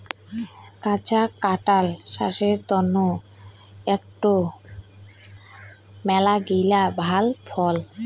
কাঁচা কাঁঠাল ছাস্থের তন্ন আকটো মেলাগিলা ভাল ফল